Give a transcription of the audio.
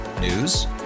News